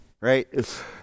right